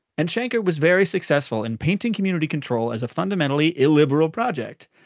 and shanker was very successful in painting community control as a fundamentally illiberal project.